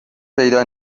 پیدا